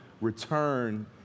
return